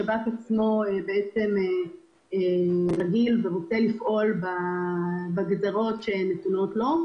השב"כ עצמו מעדיף לפעול בגזרות שנתונות לו,